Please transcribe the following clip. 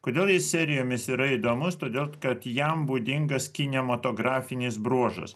kodėl jis serijomis yra įdomus todėl kad jam būdingas kinematografinis bruožas